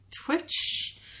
Twitch